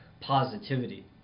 positivity